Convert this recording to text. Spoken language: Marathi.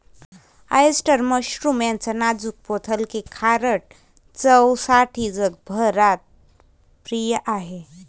ऑयस्टर मशरूम त्याच्या नाजूक पोत हलके, खारट चवसाठी जगभरात प्रिय आहे